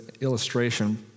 illustration